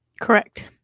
correct